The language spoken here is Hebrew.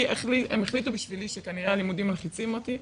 הם החליטו בשבילי שכנראה הלימודים מלחיצים אותי,